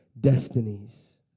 destinies